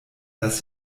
dass